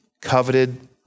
coveted